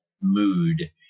mood